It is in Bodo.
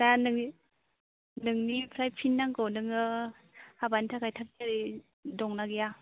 दा नोंनिफ्राय फिन नांगौ नोङो हाबानि थाखाय थाग थियारि दंना गैया